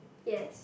yes